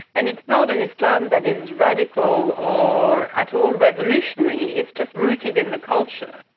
and it's not an islam that is radical or at all revolutionary, it's just rooted in the culture.